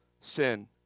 Sin